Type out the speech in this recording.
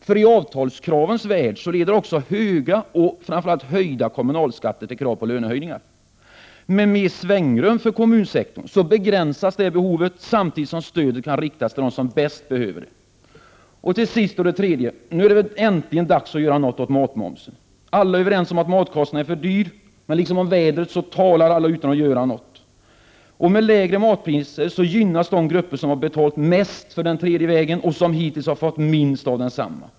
För i avtalskravens värld leder också höga och framför allt höjda kommunalskatter till krav på lönehöjningar. Med mer svängrum för kommunerna begränsas det behovet samtidigt som stödet kan riktas till dem som bäst behöver det. Till sist och för det tredje: Nu är det väl äntligen dags att göra något åt matmosen? Alla är överens om att matkostnaderna är för höga, men liksom när det gäller vädret talar alla om det utan att göra något åt det. Lägre matpriser gynnar de grupper som har betalat mest för den tredje vägen och som hittills fått ut minst äv det.